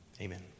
Amen